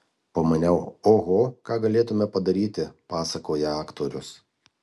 pamaniau oho ką galėtumėme padaryti pasakoja aktorius